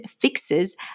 fixes